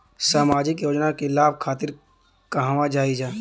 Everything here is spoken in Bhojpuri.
सामाजिक योजना के लाभ खातिर कहवा जाई जा?